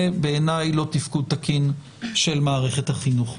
בעיני לא תפקוד תקין של מערכת החינוך.